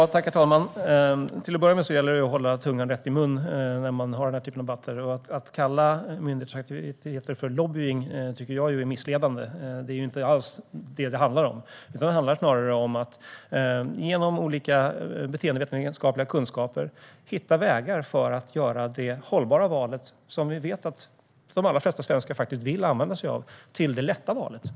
Herr talman! Till att börja med gäller det att hålla tungan rätt i mun när man har denna typ av debatter. Att kalla myndigheters aktiviteter för lobbying tycker jag är missledande. Det är inte alls vad det handlar om, utan det handlar snarare om att man genom olika beteendevetenskapliga kunskaper hittar vägar för att göra det hållbara valet, som vi vet att de allra flesta svenskar vill använda sig av, till det lätta valet.